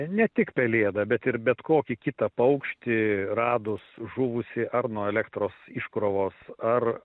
ne tik pelėdą bet ir bet kokį kitą paukštį radus žuvusį ar nuo elektros iškrovos ar